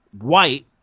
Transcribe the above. white